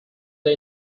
day